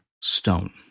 stone